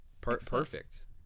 Perfect